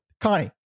connie